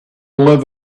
live